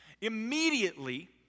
Immediately